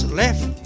left